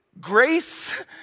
grace